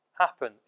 happen